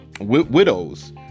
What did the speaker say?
Widows